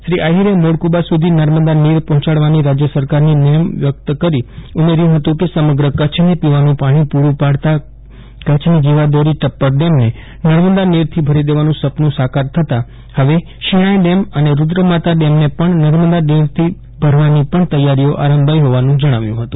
શ્રી આફિરે મોડકુબા સુધી નર્મદા નીર પફોંચાડવાની રાજય સરકારની નેમ વ્યકત કરી ઉમેર્યું ફતું કે સમગ્ર કચ્છને પીવાનું પાણી પુરૂ પાડતાં કચ્છની જીવાદોરી ટપ્પર ડેમને નર્મદા નીરથી ભરી દેવાનું સપનું સાકાર થતાં ફવે શિણાય ડેમ અને રૂદ્રમાતા ડેમને પણ નર્મદા નીરથી ભરવાની પણ તૈયારીઓ આરંભાઇ ફોવાનું જણાવ્યું ફતું